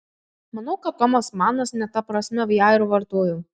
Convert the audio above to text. manau kad tomas manas ne ta prasme ją ir vartojo